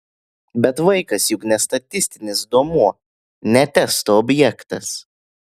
bet vaikas juk ne statistinis duomuo ne testo objektas